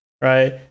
Right